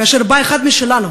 כאשר בא אחד משלנו,